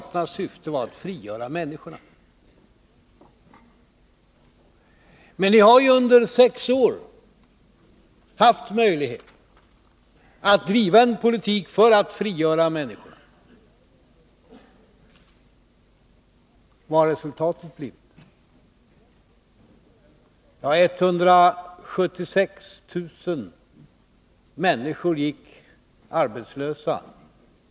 Men ni har ju under sex år = 15 december 1982 haft möjlighet att driva en politik för att frigöra människorna. Vad har resultatet blivit? Vi har förlorat 160 000 industrijobb.